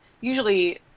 usually